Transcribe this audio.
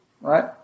Right